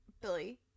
Billy